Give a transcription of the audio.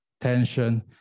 tension